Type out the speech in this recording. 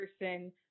person